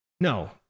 No